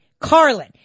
Carlin